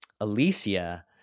Alicia